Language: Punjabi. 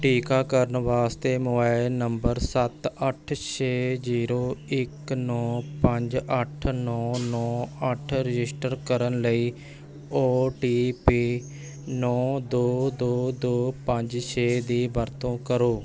ਟੀਕਾਕਰਨ ਵਾਸਤੇ ਮੋਬਾਈਲ ਨੰਬਰ ਸੱਤ ਅੱਠ ਛੇ ਜ਼ੀਰੋ ਇੱਕ ਨੌ ਪੰਜ ਅੱਠ ਨੌ ਨੌ ਅੱਠ ਰਜਿਸਟਰ ਕਰਨ ਲਈ ਓ ਟੀ ਪੀ ਨੌ ਦੋ ਦੋ ਦੋ ਪੰਜ ਛੇ ਦੀ ਵਰਤੋਂ ਕਰੋ